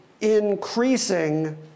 increasing